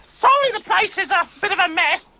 sorry the place is a bit of a mess.